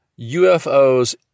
UFOs